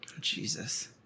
Jesus